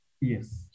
Yes